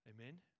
Amen